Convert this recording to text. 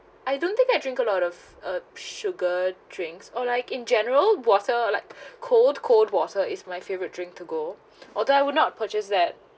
I don't think I drink a lot of uh sugar drinks or like in general water like cold cold water is my favourite drink to go although I would not purchase that